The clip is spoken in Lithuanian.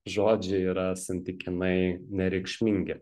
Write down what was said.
žodžiai yra santykinai nereikšmingi